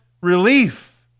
relief